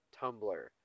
Tumblr